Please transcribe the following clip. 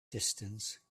distance